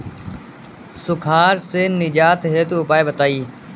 सुखार से निजात हेतु उपाय बताई?